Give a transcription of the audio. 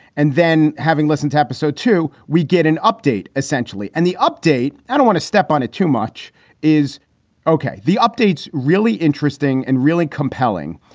and then having listened to episode two, we get an update essentially and the update. i don't want to step on it. too much is ok. the updates really interesting and really compelling.